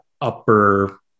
upper